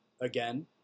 again